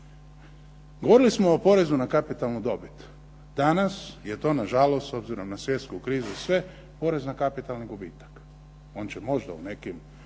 Govorili smo o porezu na kapitalnu dobit. Danas je to na žalost, s obzirom na svjetsku krizu i sve porez na kapitalni gubitak. On će možda u nekim